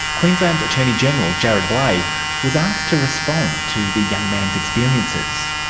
queensland attorney general jarrod bleijie was asked to respond to the young man's experiences.